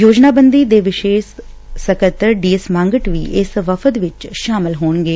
ਯੋਜਨਾਬੰਦੀ ਦੇ ਵਿਸ਼ੇਸ਼ ਸਕੱਤਰ ਡੀ ਐਸ ਮਾਂਗਟ ਵੀ ਵਫ਼ਦ ਵਿਚ ਸ਼ਾਮਲ ਹੋਣਗੇ